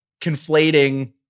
conflating